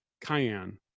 cayenne